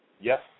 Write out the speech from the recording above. Yes